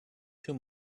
too